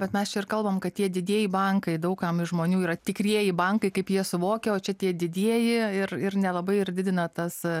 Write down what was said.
bet mes čia ir kalbam kad tie didieji bankai daug kam iš žmonių yra tikrieji bankai kaip jie suvokia o čia tie didieji ir ir nelabai ir didina tas